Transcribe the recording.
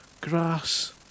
grass